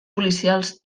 policials